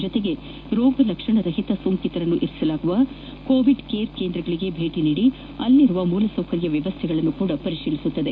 ಜೊತೆಗೆ ರೋಗ ಲಕ್ಷಣ ರಹಿತ ಸೋಂಕಿತರನ್ನು ಇರಿಸಲಾಗಿರುವ ಕೋವಿಡ್ ಕೇರ್ ಕೇಂದ್ರಗಳಿಗೆ ಭೇಟಿ ನೀಡಿ ಅಲ್ಲಿನ ಮೂಲಸೌಕರ್ಯ ವ್ಣವಸ್ಥೆಗಳನ್ನು ಪರಿತೀಲಿಸಲಿದೆ